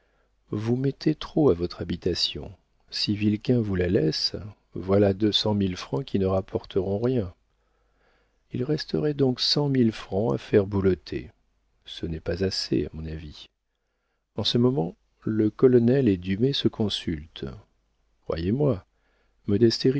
vous mettez trop à votre habitation si vilquin vous la laisse voilà deux cent mille francs qui ne rapporteront rien il resterait donc cent mille francs à faire boulotter ce n'est pas assez à mon avis en ce moment le colonel et dumay se consultent croyez-moi